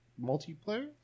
multiplayer